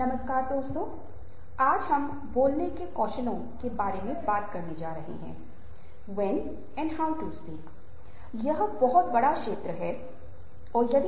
नमस्कार दोस्तों इस वार्ता में हम सहानुभूति की अवधारणा और इसकी प्रासंगिकता पर ध्यान केंद्रित करेंगे